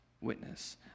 witness